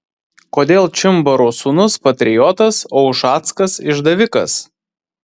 kodėl čimbaro sūnus patriotas o ušackas išdavikas